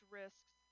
risks